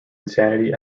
insanity